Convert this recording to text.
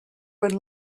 would